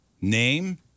Name